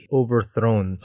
overthrown